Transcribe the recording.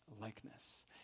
likeness